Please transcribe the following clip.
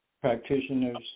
practitioners